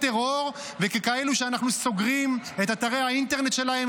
טרור וככאלה שאנחנו סוגרים את אתרי האינטרנט שלהן,